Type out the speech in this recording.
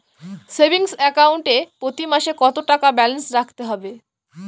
Savings account এ প্রতি মাসে কতো টাকা ব্যালান্স রাখতে হবে?